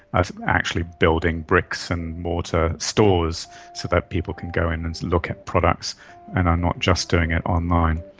ah actually building bricks and mortar stores so that people can go in and look at products and are not just doing it online.